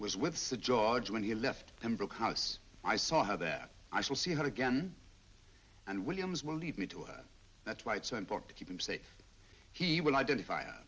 was with the george when he left and broke house i saw that i will see her again and williams will leave me to it that's why it's so important to keep him safe he will identify